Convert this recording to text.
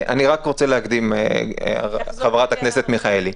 אני רק רוצה להקדים, חברת הכנסת מיכאלי.